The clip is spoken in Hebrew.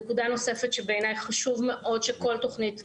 נקודה נוספת שבעיניי חשוב מאוד שכל תוכנית שבונים,